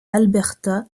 alberta